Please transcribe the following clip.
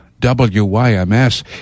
WYMS